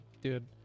Dude